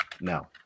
No